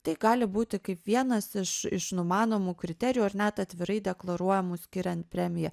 tai gali būti kaip vienas iš iš numanomų kriterijų ar net atvirai deklaruojamų skiriant premiją